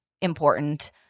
important